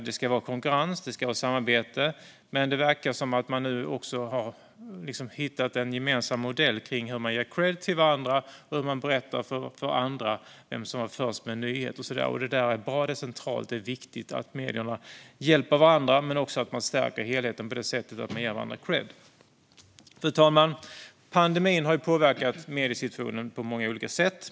Det ska vara konkurrens och samarbete, men det verkar som att man nu också har hittat en gemensam modell för hur man ger kredd till varandra, berättar för andra vem som var först med en nyhet och så vidare. Det är bra. Det är centralt och viktigt att medierna hjälper varandra men också att man stärker helheten på det sättet att man ger varandra kredd. Fru talman! Pandemin har påverkat mediesituationen på många olika sätt.